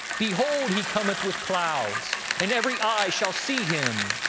behold, he cometh with clouds and every eye shall see him,